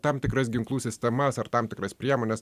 tam tikras ginklų sistemas ar tam tikras priemones